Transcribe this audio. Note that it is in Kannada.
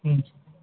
ಹ್ಞೂ